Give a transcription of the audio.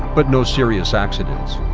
but no serious accidents.